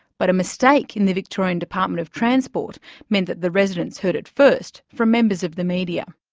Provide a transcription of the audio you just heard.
but a mistake in the victorian department of transport meant that the residents heard it first from members of the media.